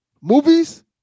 movies